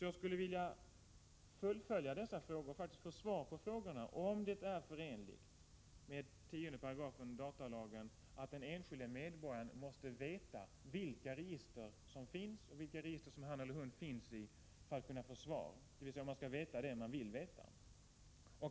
Jag skulle vilja fullfölja mitt inlägg med följande frågor och få svar på dem: För det första: Är det förenligt med 10 § datalagen att den enskilde medborgaren för att få svar måste veta vilka register som finns och vilka register han eller hon finns i, dvs. att man skall veta det man vill veta?